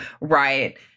right